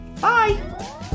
Bye